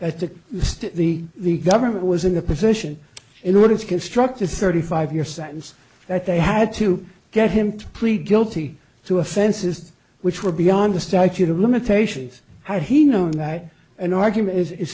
state the the government was in a position in order to construct a thirty five year sentence that they had to get him to plead guilty to offenses which were beyond the statute of limitations had he known that an argument is